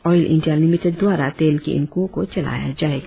oil India limited द्वारा तेल के इन कुओं को चलाया जाएगा